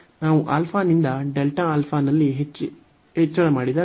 ನಾವು ನಿಂದ ನಲ್ಲಿ ಹೆಚ್ಚಳ ಮಾಡಿದಾಗ ಇದು ನಲ್ಲಿನ ಹೆಚ್ಚಳವಾಗಿದೆ